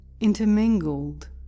Intermingled